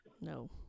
No